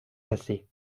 cassée